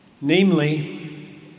namely